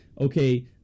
okay